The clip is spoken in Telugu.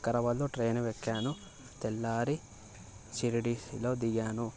వికారాబాద్ ట్రైన్ ఎక్కాను తెల్లారి షిరిడీలో దిగాను